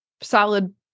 solid